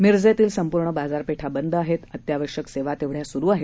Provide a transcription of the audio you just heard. मिरजेतील संपूर्ण बाजारपेठा बंद आहे अत्यावश्यक सेवा तेवढ्या सुरू आहेत